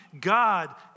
God